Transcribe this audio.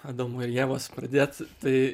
adomo ir ievos pradėt tai